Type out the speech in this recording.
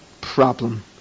problem